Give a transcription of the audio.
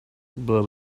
but